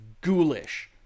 ghoulish